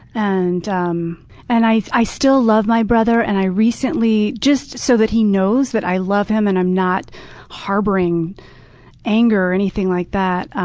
and um and i i still love my brother, and i recently just so that he knows that i love him and i'm not harboring anger or anything like that